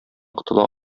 котыла